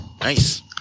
Nice